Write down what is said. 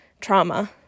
trauma